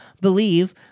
believe